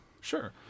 Sure